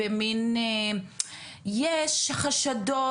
יש חשדות,